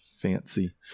Fancy